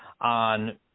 on